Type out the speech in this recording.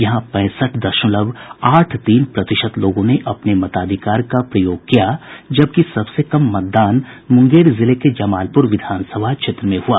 यहां पैंसठ दशमलव आठ तीन प्रतिशत लोगों ने अपने मताधिकार का प्रयोग किया जबकि सबसे कम मतदान मुंगेर जिले के जमालपुर विधानसभा क्षेत्र में हुआ